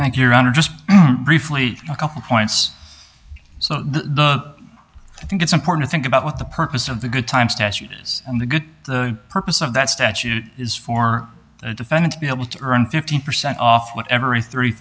thank you ron or just briefly a couple points so the i think it's important to think about what the purpose of the good time statute is and the good the purpose of that statute is for the defendant to be able to earn fifteen percent off whatever is three